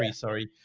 and sorry.